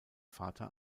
vater